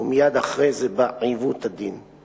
ומייד אחרי זה בא עיוות הדין.